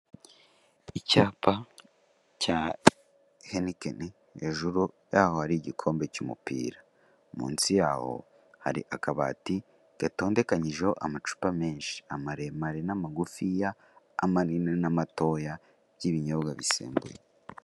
Icyapa cya henikeni hejuru yaho hari igikombe cy'umupira, munsi yaho hari akabati gatondekanyijeho amacupa menshi, amaremare n'amagufiya amanini n'amatoya by'ibinyobwa bisembuye.